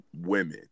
women